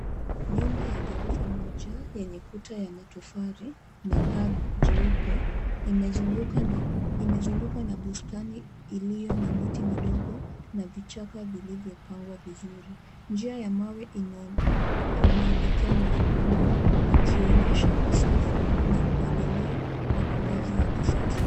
Nyumba ya ghorofa moja, yenye kuta ya matofali na paa jeupe, imezungukwa na bustani iliyo na miti midogo na vichaka vilivyopangwa vizuri. Njia ya mawe inaelekea mlangoni ikionyesha usafi na mpangilio wa makazi ya kisasa.